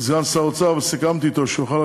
סגן שר האוצר,